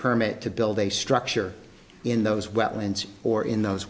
permit to build a structure in those wetlands or in those